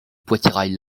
poitrail